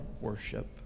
worship